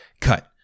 Cut